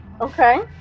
Okay